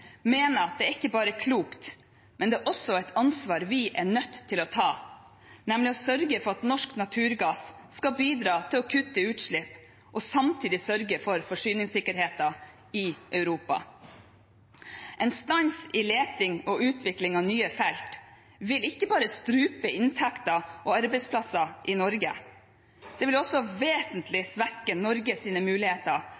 mener jeg at det ikke bare er klokt, men det er også et ansvar vi er nødt til å ta, nemlig å sørge for at norsk naturgass skal bidra til å kutte utslipp og samtidig sørge for forsyningssikkerheten i Europa. En stans i leting og utvikling av nye felt vil ikke bare strupe inntekter og arbeidsplasser i Norge. Det vil også